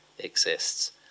exists